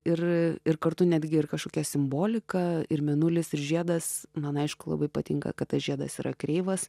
ir ir kartu netgi ir kažkokia simbolika ir mėnulis ir žiedas man aišku labai patinka kad tas žiedas yra kreivas